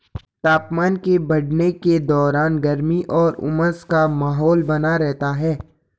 तापमान के बढ़ने के दौरान गर्मी और उमस का माहौल बना रहता है